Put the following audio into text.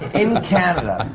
in canada,